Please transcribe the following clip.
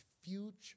future